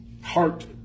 heart